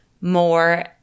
more